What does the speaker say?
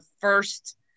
first